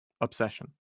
obsession